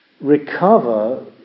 recover